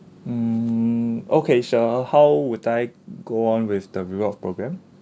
mm okay sure how would I go on with the reward program